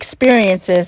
experiences